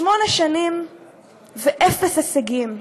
שמונה שנים ואפס הישגים,